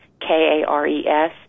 K-A-R-E-S